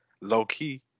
low-key